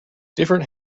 different